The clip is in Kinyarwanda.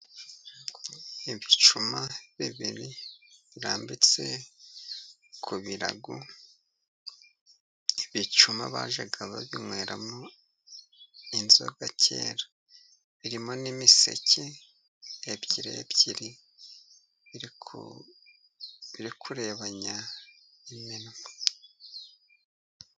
Ibicuma bibiri birambitse ku birago. Ibicuma bajyaga babiyweramo inzoga kera, birimo n'imiseke ibiri ibiri biri kurebanya iminwa.